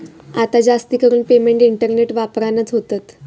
आता जास्तीकरून payment internet वापरानच होतत